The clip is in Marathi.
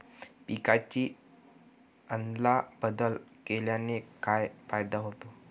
पिकांची अदला बदल केल्याने काय फायदा होतो?